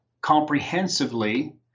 comprehensively